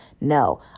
No